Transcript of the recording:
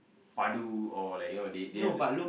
padu or like you know they they have the